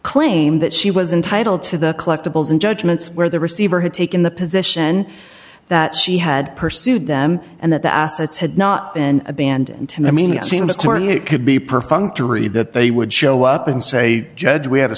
claim that she was entitled to the collectibles and judgments where the receiver had taken the position that she had pursued them and that the assets had not been abandoned and i mean it seems to me it could be perfunctory that they would show up and say judge we ha